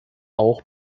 auch